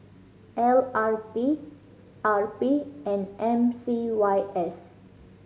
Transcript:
L R T R P and M C Y S